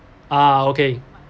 ah okay